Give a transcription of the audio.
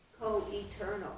co-eternal